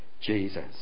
Jesus